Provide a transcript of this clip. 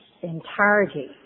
entirety